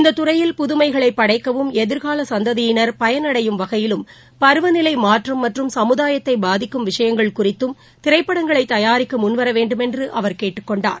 இந்த துறையில் புதுமைகளை படைக்கவும் எதிர்கால சந்ததியினர் பயடையும் வகையிலும் பருவநிலை மாற்றம் மற்றும் சமுதாயத்தைப் பாதிக்கும் விஷயங்கள் குறித்தும் திரைப்படங்களை தயாரிக்க முன்வர வேண்டுமென்று அவர் கேட்டுக் கொண்டார்